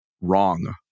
wrong